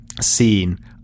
scene